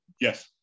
Yes